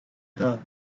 her